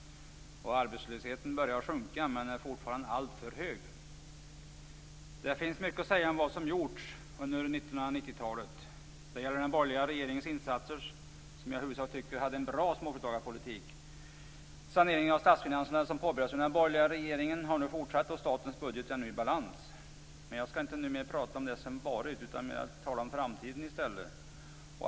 Arbetslösheten börjar sjunka men är fortfarande alltför hög. Det finns mycket att säga om vad som gjorts under 1990-talet. Det gäller den borgerliga regeringens insatser, som jag dock i huvudsak tycker hade en bra småföretagarpolitik. Saneringen av statsfinanserna som påbörjades under den borgerliga regeringen har fortsatt, och statens budget är nu i balans. Men jag skall inte prata mer om det som varit utan mer tala om framtiden i stället.